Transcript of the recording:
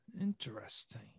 interesting